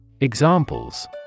Examples